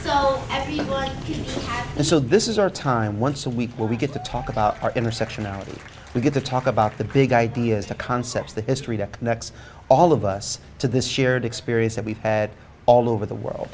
bring so this is our time once a week where we get to talk about our intersectionality we get to talk about the big ideas the concepts the history the next all of us to this shared experience that we've had all over the world